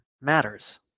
matters